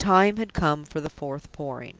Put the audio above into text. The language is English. the time had come for the fourth pouring.